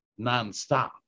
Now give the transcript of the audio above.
nonstop